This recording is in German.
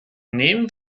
nehmen